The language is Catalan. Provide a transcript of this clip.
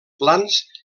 plans